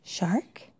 Shark